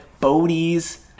Bodie's